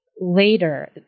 later